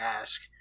ask